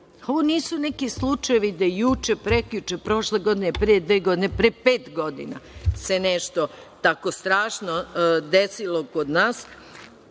ovo nisu neki slučajevi gde je juče, prekjuče, prošle godine, pre dve godine, pre pet godina se nešto tako strašno desilo kod nas,